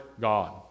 God